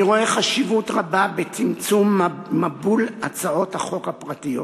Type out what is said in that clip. אני רואה חשיבות רבה בצמצום מבול הצעות החוק הפרטיות,